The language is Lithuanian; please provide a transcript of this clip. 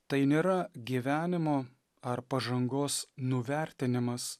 tai nėra gyvenimo ar pažangos nuvertinimas